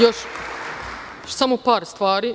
Još samo par stvari.